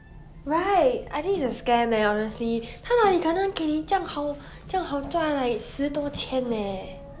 right I think it's a scam leh honestly 他哪里可能给你这样好这样好赚 like 十多千 leh